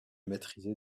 maîtrisé